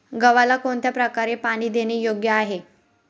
गव्हाला कोणत्या प्रकारे पाणी देणे योग्य आहे?